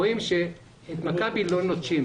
רואים שאת מכבי לא נוטשים.